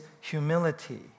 humility